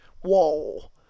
whoa